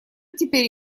теперь